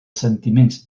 sentiments